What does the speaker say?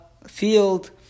Field